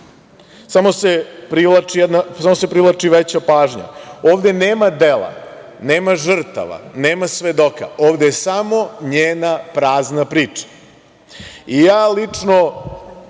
Samo se privlači veća pažnja. Ovde nema dela, nema žrtava, nema svedoka, ovde je samo njena prazna priča. Lično